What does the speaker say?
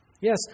Yes